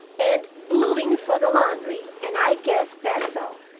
and bluing for the laundry, and i guess that's all.